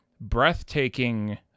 breathtaking